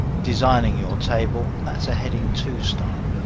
designing your table, that's a heading two style,